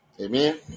Amen